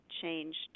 changed